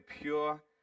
pure